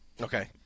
Okay